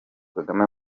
kagame